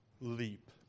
leap